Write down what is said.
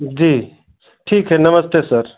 जी ठीक है नमस्ते सर